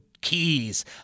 keys